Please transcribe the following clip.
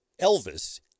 Elvis